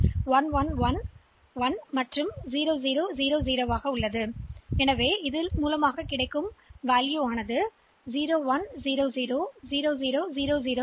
இந்த எண்ணிலிருந்து நான் இந்த பகுதியை மட்டுமே பெற விரும்புகிறேன் இந்த பகுதியை நான் 0 ஆக மாற்ற விரும்புகிறேன்